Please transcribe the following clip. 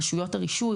רשויות הרישוי,